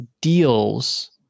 deals